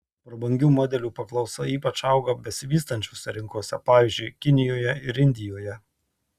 prabangių modelių paklausa ypač auga besivystančiose rinkose pavyzdžiui kinijoje ir indijoje